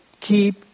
Keep